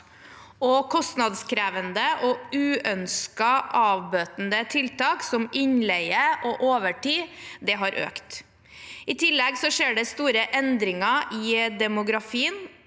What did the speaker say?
Kostnadskrevende og uønskede avbøtende tiltak, som innleie og overtid, har økt. I tillegg skjer det store endringer i demografien,